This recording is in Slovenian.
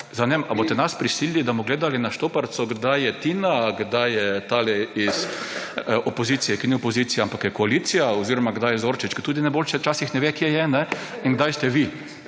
vem, a boste nas prisilili, da bomo gledali na štoparico, kdaj je Tina, kdaj je ta iz opozicije, ki ni opozicija, ampak je koalicija, oziroma kdaj je Zorčič, ki tudi najbolje včasih ne ve, kje je, in kdaj ste vi.